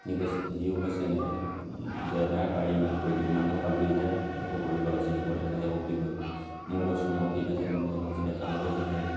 সি কৈছে সিও কৈছে এনেকৈ যে নাই পাৰিম আমি কৰি দিওঁ ইমানডোখৰ পালোঁহি যেতিয়া এইডোখৰো কৰিলোঁ আৰু যি হ'ব দেখা যাব বুলি কৈ ময়ো কৈছোঁ অঁ ঠিক আছে তেন্তে বাৰু যি দেখা যাব যি হয় বোলো